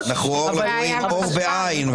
עור בעי"ן,